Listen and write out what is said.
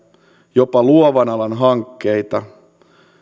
jopa luovan alan hankkeita